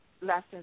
lessons